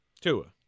Tua